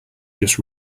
just